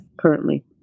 currently